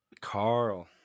Carl